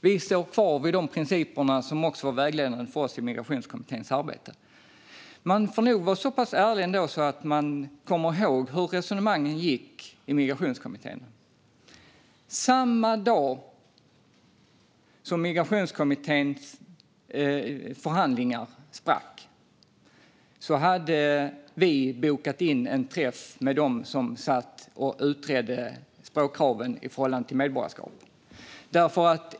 Vi står kvar vid de principer som var vägledande för oss i Migrationskommitténs arbete. Man får nog ändå vara så pass ärlig att man påminner sig om hur resonemangen gick i Migrationskommittén. Samma dag som Migrationskommitténs förhandlingar sprack hade vi bokat in en träff med dem som satt och utredde språkkraven i förhållande till medborgarskap.